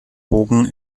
bogen